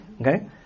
Okay